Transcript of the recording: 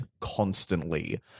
constantly